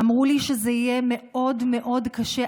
אמרו לי שזה יהיה מאוד מאוד קשה,